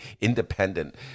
independent